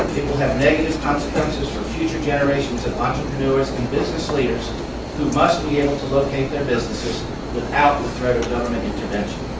it will have negative consequences for future generations of entrepreneurs and business leaders who must be able to locate their businesses without the threat of government intervention.